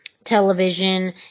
Television